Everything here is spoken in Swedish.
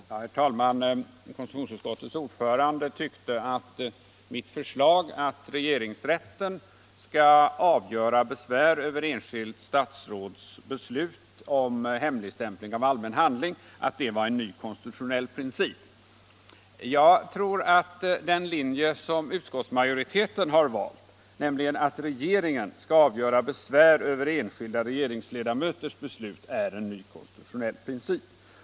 Herr talman! Konstitutionsutskottets ordförande tyckte att mitt förslag att regeringsrätten skall avgöra besvär över enskilt statsråds beslut om hemligstämpling av allmänna handlingar var en ny konstitutionell princip. Jag tror att den linje som utskottsmajoriteten har valt, nämligen att regeringen skall avgöra besvär över enskilda regeringsledamöters beslut, är en ny konstitutionell princip.